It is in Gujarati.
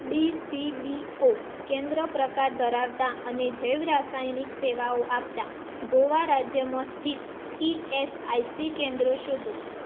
ડી સી બી ઓ કેન્દ્ર પ્રકાર ધરાવતાં અને જૈવરાસાયણિક સેવાઓ આપતાં ગોવા રાજ્યમાં સ્થિત ઇ એસ આઇ સી કેન્દ્રો શોધો